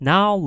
Now